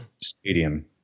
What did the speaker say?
Stadium